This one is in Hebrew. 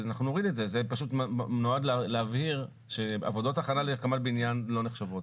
זה פשוט נועד להבהיר שעבודות הכנה להקמת בניין לא נחשבות.